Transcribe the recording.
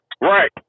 Right